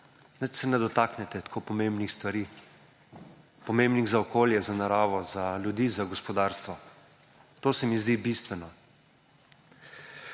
kopa. Nič se ne dotaknete tako pomembnih stvari pomembnih za okolje, za naravo, za ljudi, za gospodarstvo. To se mi zdi bistveno.